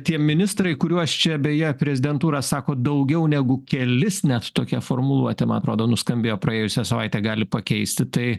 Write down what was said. tie ministrai kuriuos čia beje prezidentūra sako daugiau negu kelis net tokia formuluotė man atrodo nuskambėjo praėjusią savaitę gali pakeisti tai